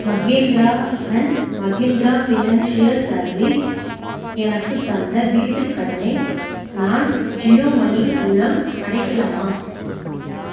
Mahindra and Mahindra financial services எனக்கு தந்த வீட்டுக் கடனை நான் ஜியோ மனி மூலம் அடைக்கலாமா